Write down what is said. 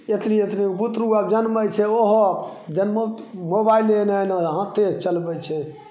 एतनी एतनीगो बुतरू आर जन्मैत छै ओहो जन्मौ मोबाइले एना एना हाँथेसँ चलबैत छै